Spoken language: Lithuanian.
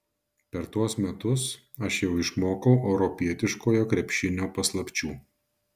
per tuos metus aš jau išmokau europietiškojo krepšinio paslapčių